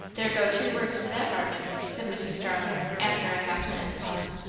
there go two words to that bargain, said mrs. starling after a half-minute's pause.